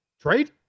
Trade